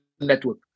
network